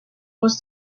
was